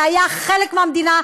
שהיה חלק מהמדינה.